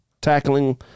Tackling